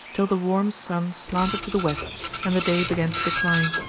till the warm sun slanted to the west and the day began to decline.